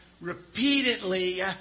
repeatedly